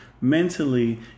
mentally